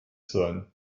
sein